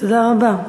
תודה רבה.